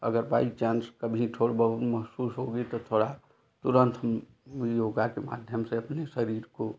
अगर by chance कभी थोड़ बहुत महसूस होगी तो थोड़ा तुरंत हम योगा के माध्यम से अपने शरीर को